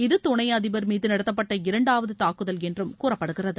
இது துணை அதிபர் மீது நடத்தப்பட்ட இரண்டாவது தாக்குதல் என்றும் கூறப்படுகிறது